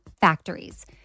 factories